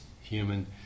human